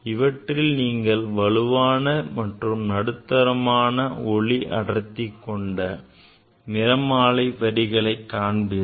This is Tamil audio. இவற்றில் நீங்கள் வலுவான மற்றும் நடுத்தரமான ஒளி அடர்த்தி கொண்ட நிறமாலை வரிகளை காண்பீர்கள்